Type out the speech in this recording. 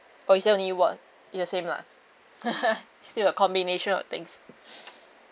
or is there only one the same lah still a combination of things